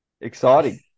exciting